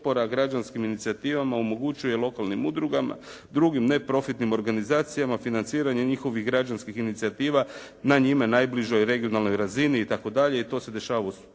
građanskim inicijativama omogućuje lokalnim udrugama, drugim neprofitnim organizacijama, financiranje njihovih građanskih inicijativa na njima najbližoj regionalnoj razini itd. i to se dešava u Splitu,